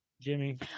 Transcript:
jimmy